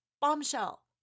bombshell